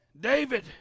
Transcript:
David